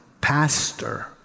pastor